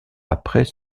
après